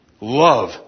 love